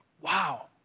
Wow